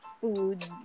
food